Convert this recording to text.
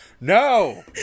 no